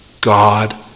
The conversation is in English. God